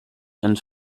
and